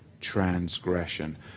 transgression